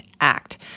Act